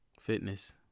Fitness